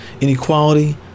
inequality